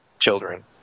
children